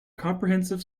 comprehensive